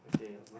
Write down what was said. okay